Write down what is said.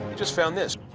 just found this.